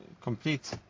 complete